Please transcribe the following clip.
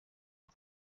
ngo